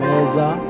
Melza